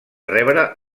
rebre